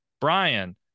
Brian